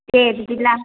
दे बिदिब्ला